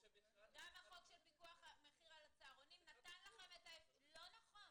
גם החוק של פיקוח מחיר על הצהרונים נתן לכם את --- לא נכון!